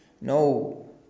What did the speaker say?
no